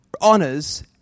honors